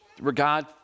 regard